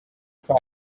try